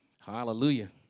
Hallelujah